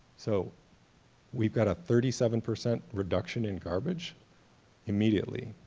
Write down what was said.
so we've got a thirty seven percent reduction in garbage immediately,